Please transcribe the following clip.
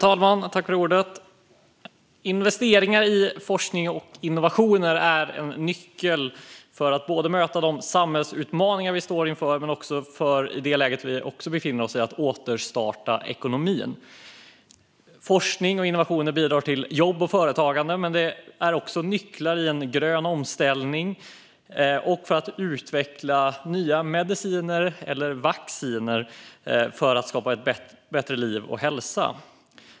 Fru talman! Investeringar i forskning och innovationer är nyckeln för att både möta de samhällsutmaningar vi står inför och i det läge vi befinner oss återstarta ekonomin. Forskning och innovationer bidrar till jobb och företagande. De är även nycklar i en grön omställning och för att utveckla nya mediciner eller vacciner för bättre liv och hälsa.